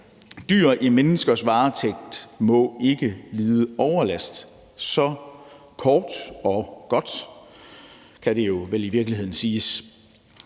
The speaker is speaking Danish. Dyr i menneskers varetægt må ikke lide overlast. Så kort og godt kan det jo vel i virkeligheden siges.